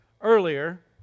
earlier